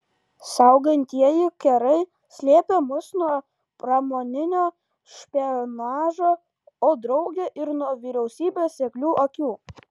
saugantieji kerai slėpė mus nuo pramoninio špionažo o drauge ir nuo vyriausybės seklių akių